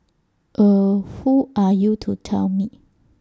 eh who are you to tell me